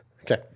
Okay